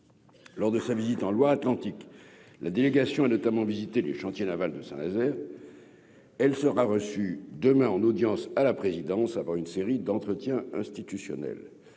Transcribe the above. lors de sa visite en Loire-Atlantique, la délégation est notamment visité chantiers navals de Saint-Nazaire, elle sera reçue demain en audience à la présidence, avant une série d'entretiens institutionnel,